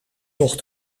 toch